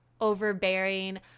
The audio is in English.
overbearing